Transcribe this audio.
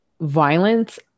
violence